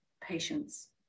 patience